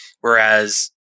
Whereas